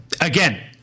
again